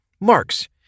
Marks